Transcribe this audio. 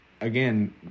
again